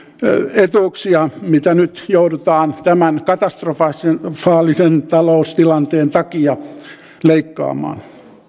etuuksia mitä nyt joudutaan tämän katastrofaalisen taloustilanteen takia leikkaamaan